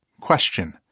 Question